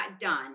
done